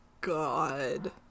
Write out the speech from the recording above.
God